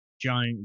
giant